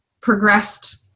progressed